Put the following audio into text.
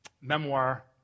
memoir